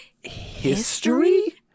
History